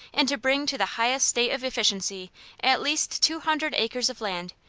and to bring to the highest state of efficiency at least two hundred acres of land,